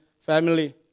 family